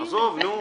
עזוב, נו.